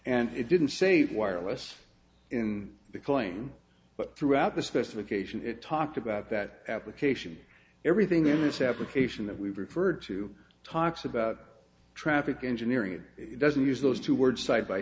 and it didn't say that wireless in the claim but throughout the specification it talked about that application everything in this application that we've referred to talks about traffic engineering it doesn't use those two words side by